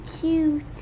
cute